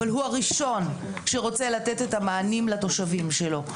אבל הוא הראשון שרוצה לתת את המענים לתושבים שלו.